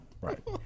Right